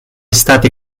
state